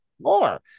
More